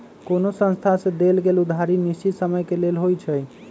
कोनो संस्था से देल गेल उधारी निश्चित समय के लेल होइ छइ